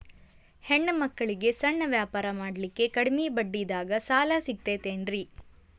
ಹೆಣ್ಣ ಮಕ್ಕಳಿಗೆ ಸಣ್ಣ ವ್ಯಾಪಾರ ಮಾಡ್ಲಿಕ್ಕೆ ಕಡಿಮಿ ಬಡ್ಡಿದಾಗ ಸಾಲ ಸಿಗತೈತೇನ್ರಿ?